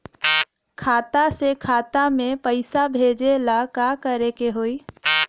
खाता से खाता मे पैसा भेजे ला का करे के होई?